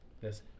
Yes